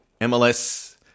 MLS